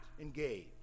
engage